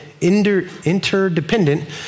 interdependent